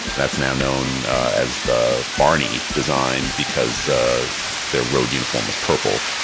that's now known as the barney design because their road uniform was purple.